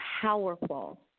powerful